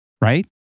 Right